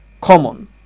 common